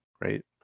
right